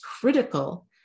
critical